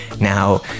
Now